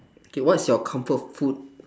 okay what's your comfort food